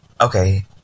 Okay